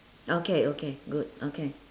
okay okay good okay